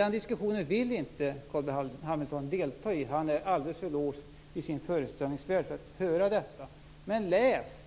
Den diskussionen vill Carl B Hamilton inte delta i. Han är alldeles för låst i sin föreställningsvärld för att höra detta. Men läs